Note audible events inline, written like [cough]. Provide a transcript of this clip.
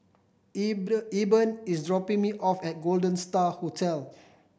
[unintelligible] Eben is dropping me off at Golden Star Hotel